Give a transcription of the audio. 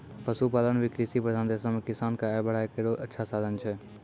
पशुपालन भी कृषि प्रधान देशो म किसान क आय बढ़ाय केरो अच्छा साधन छै